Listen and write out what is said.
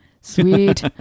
Sweet